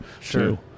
Sure